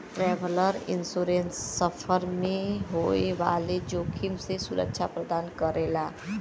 travel insurance सफर में होए वाले जोखिम से सुरक्षा प्रदान करला